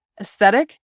aesthetic